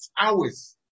hours